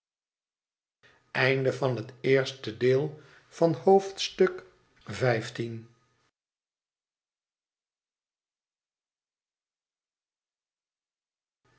hoofdstuk van het eerste deel van het